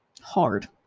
Hard